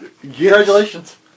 Congratulations